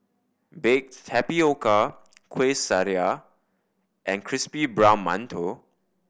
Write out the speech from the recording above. baked tapioca Kueh Syara and crispy brown mantou